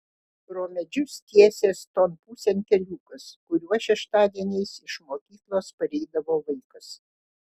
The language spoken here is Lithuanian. pro medžius tiesės ton pusėn keliukas kuriuo šeštadieniais iš mokyklos pareidavo vaikas